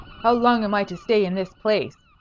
how long am i to stay in this place?